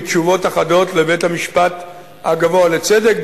בתשובות אחדות לבית-המשפט הגבוה לצדק,